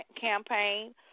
campaign